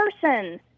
person